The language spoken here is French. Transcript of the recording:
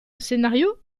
scénario